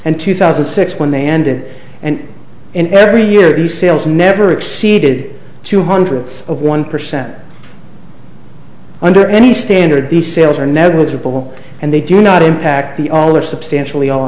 and two thousand and six when they ended and in every year the sales never exceeded two hundreds of one percent as under any standard these sales are negligible and they do not impact the all or substantially